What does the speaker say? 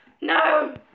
No